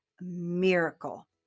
miracle